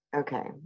okay